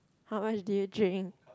how much did you drink